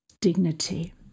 dignity